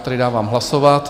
Tedy dávám hlasovat.